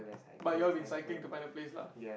but you all been cycling to find the place lah